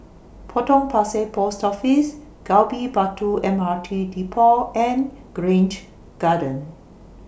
Potong Pasir Post Office Gali Batu M R T Depot and Grange Garden